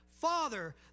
Father